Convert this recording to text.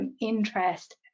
interest